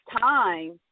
time